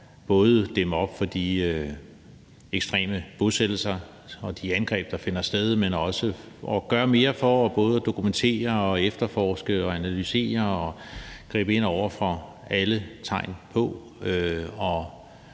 at dæmme op for de ekstreme bosættelser og de angreb, der finder sted, men også for at gøre mere for at dokumentere, efterforske, analysere og gribe ind over for alle tegn på